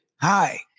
Hi